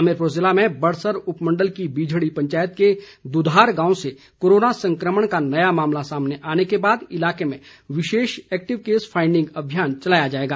हमीरपुर जिले में बड़सर उपमंडल की बिझड़ी पंचायत के द्धार गांव से कोरोना संक्रमण का नया मामला सामने आने के बाद इलाके में विशेष एक्टिव केस फाइंडिंग अभियान चलाया जाएगा